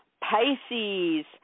Pisces